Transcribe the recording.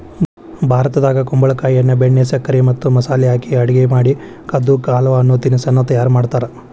ಭಾರತದಾಗ ಕುಂಬಳಕಾಯಿಯನ್ನ ಬೆಣ್ಣೆ, ಸಕ್ಕರೆ ಮತ್ತ ಮಸಾಲೆ ಹಾಕಿ ಅಡುಗೆ ಮಾಡಿ ಕದ್ದು ಕಾ ಹಲ್ವ ಅನ್ನೋ ತಿನಸ್ಸನ್ನ ತಯಾರ್ ಮಾಡ್ತಾರ